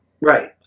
Right